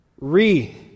Re